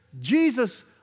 Jesus